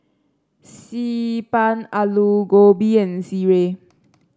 Xi Ban Aloo Gobi and sireh